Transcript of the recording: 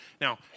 Now